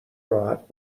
راحت